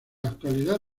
actualidad